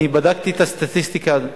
אני בדקתי את הסטטיסטיקה,